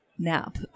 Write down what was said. nap